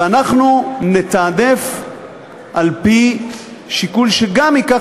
ואנחנו נתעדף על-פי שיקול שגם ייקח